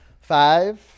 Five